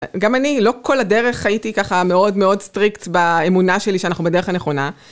גם אני לא כל הדרך הייתי ככה מאוד מאוד סטריקט באמונה שלי שאנחנו בדרך הנכונה.